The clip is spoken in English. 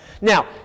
Now